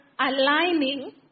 aligning